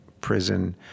prison